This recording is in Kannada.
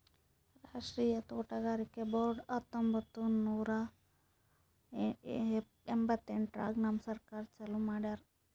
ರಾಷ್ಟ್ರೀಯ ತೋಟಗಾರಿಕೆ ಬೋರ್ಡ್ ಹತ್ತೊಂಬತ್ತು ನೂರಾ ಎಂಭತ್ತೆಂಟರಾಗ್ ನಮ್ ಸರ್ಕಾರ ಚಾಲೂ ಮಾಡ್ಯಾರ್